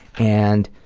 and